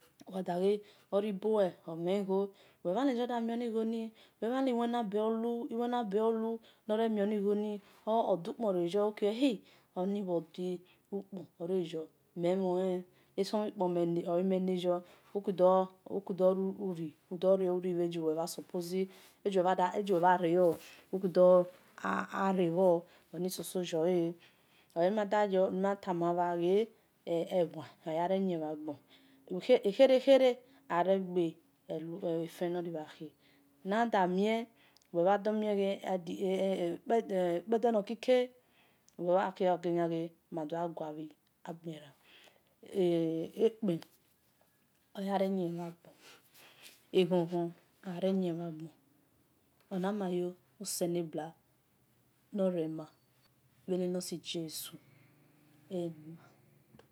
Wel gha daghe ori boe o̠ mhen gho wel bha le jio da mioni gho ni wel mhan le iwina be̠ olu nore mior ni ghor ni or wel kede odu-kpon rie yor wel ki wel ghe ukpon orieyor mel mhon le uson mhu kpon oli mel lai yor oku dor ri bhe giu wel bha supose egiuwel bha rio udo gha rie bhor oni so-so yole orna da yor na tama bha ghe ewun oda re yin bho na ghona ikhere nia ore gbe ofe-nor ribha khe na da mie ukpede nor kike wel ki ghe wel do̠ gha gua bhi agbe-ran ekpen ore-yin ehagbona eghon ghon ore yin bho na gbona ena nu yor oselobu nore ma bhe ni nor si jesu amen.